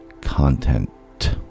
content